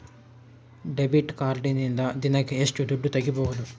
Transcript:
Debit ಕಾರ್ಡಿನಿಂದ ದಿನಕ್ಕ ಎಷ್ಟು ದುಡ್ಡು ತಗಿಬಹುದು?